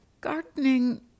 gardening